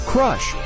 Crush